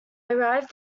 arrived